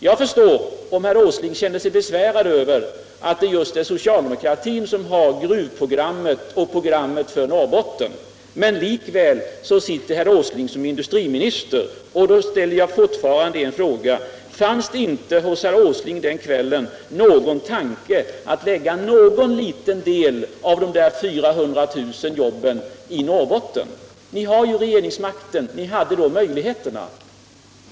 Jag förstår om herr Åsling känner sig besvärad över att det just är socialdemokratin som har gruvprogrammet och programmet för Norrbotten, men likväl sitter herr Åsling som industriminister, och jag ställer frågan: Fanns det inte hos herr Åsling den kvällen någon tanke att lägga någon liten del av de 400 000 jobben i Norrbotten? Ni har ju regeringsmakten. Ni hade då möjligheterna.